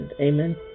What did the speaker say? Amen